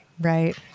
Right